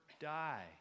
die